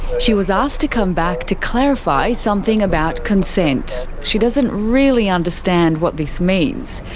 she was asked to come back to clarify something about consent. she doesn't really understand what this means.